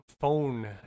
phone